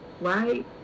right